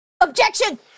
Objection